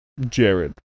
Jared